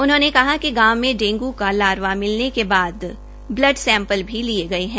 उन्होंने कहा कि गांव में डेंगू का लारवा मिलने के बाद सैंपल भी लिये गये है